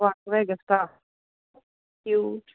ਵਾਧੂ ਹੈਗਾ ਸਟਾਫ